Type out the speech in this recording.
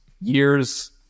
years